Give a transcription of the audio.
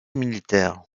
militaire